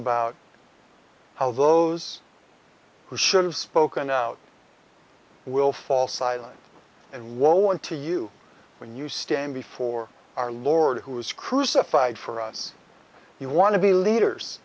about how those who should have spoken out will fall silent and won't to you when you stand before our lord who was crucified for us you want to be leaders